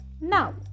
Now